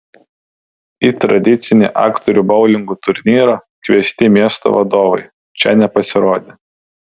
į tradicinį aktorių boulingo turnyrą kviesti miesto vadovai čia nepasirodė